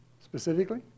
specifically